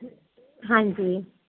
ਹਾਂਜੀ